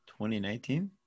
2019